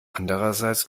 andererseits